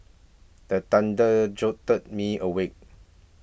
the thunder jolt me awake